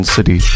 City